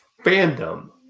fandom